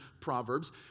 Proverbs